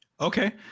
Okay